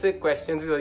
questions